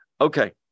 Okay